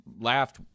laughed